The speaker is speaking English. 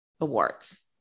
Awards